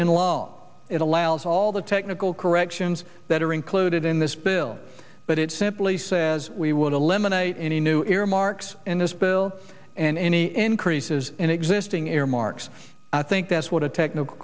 in law it allows all the technical corrections that are included in this bill but it simply says we would eliminate any new earmarks in this bill and any increases in existing air marks i think that's what a technical